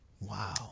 Wow